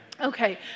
Okay